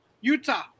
Utah